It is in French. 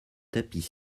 tapis